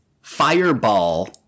fireball